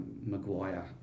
Maguire